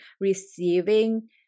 receiving